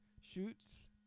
shoots